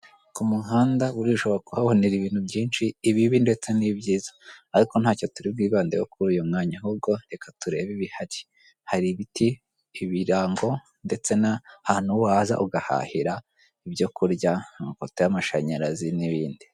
Ku muhanda buriya ushobora kuhabonera ibintu byinshi ibibi ndetse n'ibyiza ariko ntacyo turi bwibandeho kuri uyu mwanya, ahubwo reka turebe ibihari hari ibiti ibirango ndetse n'ahantu waza ugahahira ibyo kurya amapota y'amashanyarazi n'ibindi.